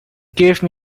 give